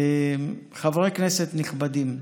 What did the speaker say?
חברי כנסת נכבדים,